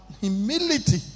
humility